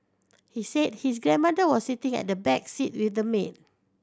he said his grandmother was sitting at the back seat with the maid